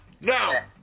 Now